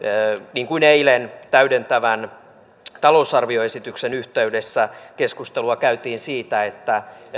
niin kuin eilen täydentävän talousarvioesityksen yhteydessä keskustelua käytiin siitä että